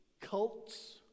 cults